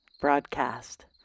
broadcast